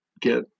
get